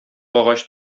агач